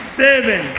seven